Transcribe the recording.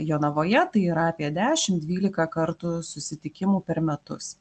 jonavoje tai yra apie dešim dvylika kartų susitikimų per metus